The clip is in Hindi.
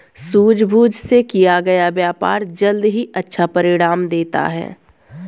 सूझबूझ से किया गया व्यापार जल्द ही अच्छा परिणाम देता है